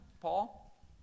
Paul